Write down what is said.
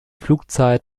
flugzeit